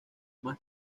más